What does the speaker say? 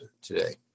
today